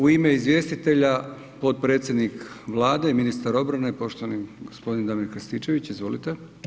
U ime izvjestitelja potpredsjednik Vlade i ministar obrane poštovani g. Damir Krstičević, izvolite.